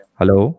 hello